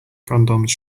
condoms